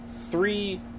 Three